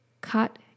cut